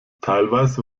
teilweise